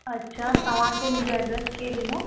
अच्छा तव्हांखे मुंहिंजो एड्रेस कंहिं ॾिनो